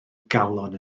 galon